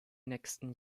nächsten